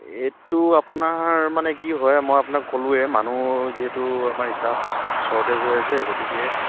এইটো আপোনাৰ মানে কি হয় মই আপোনাক ক'লোৱে মানুহ যিহেতু আমাৰ ষ্টাফ চৰ্টেজ হৈ আছে গতিকে